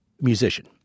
musician